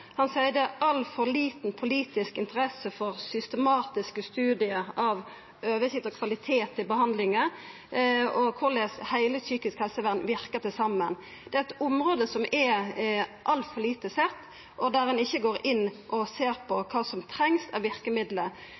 Han seier at det er altfor lita politisk interesse for systematiske studiar av og oversikt over kvaliteten på behandlinga, og for korleis hele det psykiske helsevernet verkar til saman. Det er eit område som ein ser altfor lite på, og ein går ikkje inn og ser på kva som trengs av